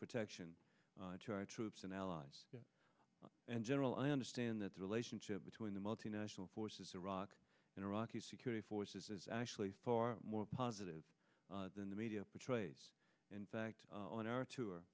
protection troops and allies and general i understand that the relationship between the multinational forces iraq and iraq security forces is actually far more positive than the media portrays in fact on our tour